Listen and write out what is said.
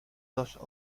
dos